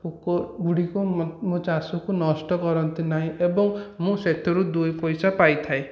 ପୋକ ଗୁଡ଼ିକ ମୁଁ ମୋ ଚାଷ କୁ ନଷ୍ଟ କରନ୍ତି ନାହିଁ ଏବଂ ମୁଁ ସେଥିରୁ ଦୁଇ ପଇସା ପାଇଥାଏ